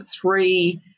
three